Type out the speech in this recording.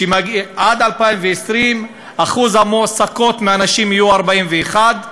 עד 2020 אחוז המועסקות מהנשים יהיה 41%,